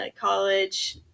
college